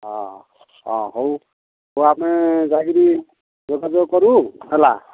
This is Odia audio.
ହଁ ହଁ ହଉ ଆମେ ଯାଇକିରି ଯୋଗାଯୋଗ କରିବୁ ହେଲା